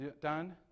done